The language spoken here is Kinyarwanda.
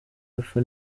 epfo